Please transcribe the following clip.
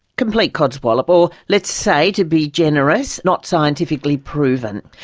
complete codswallop or let's say, to be generous, not scientifically proven.